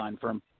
firm